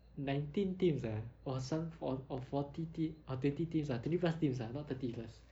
nineteen teams ah or some for~ or forty te~ or twenty teams ah twenty plus teams lah not thirty plus